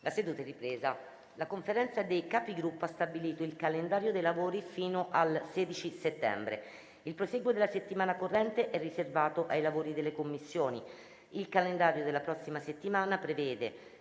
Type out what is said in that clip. una nuova finestra"). La Conferenza dei Capigruppo ha stabilito il calendario dei lavori fino al 16 settembre. Il prosieguo della settimana corrente è riservato ai lavori delle Commissioni. Il calendario della prossima settimana prevede,